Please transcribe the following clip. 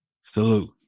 Salute